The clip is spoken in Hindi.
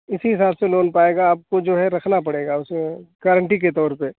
इसी हिसाब से लोन पाएगा आपको जो है रखना पड़ेगा उसमें गारन्टी कर तौर पर